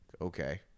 Okay